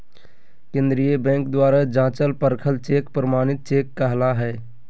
केंद्रीय बैंक द्वारा जाँचल परखल चेक प्रमाणित चेक कहला हइ